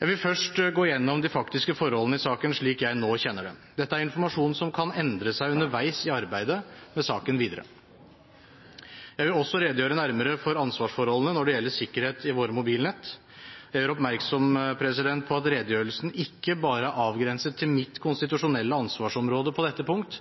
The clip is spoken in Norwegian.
Jeg vil først gå gjennom de faktiske forholdene i saken slik jeg nå kjenner dem. Dette er informasjon som kan endre seg underveis i arbeidet med saken videre. Jeg vil også redegjøre nærmere for ansvarsforholdene når det gjelder sikkerhet i våre mobilnett. Jeg gjør oppmerksom på at redegjørelsen ikke bare er avgrenset til mitt konstitusjonelle ansvarsområde på dette punkt,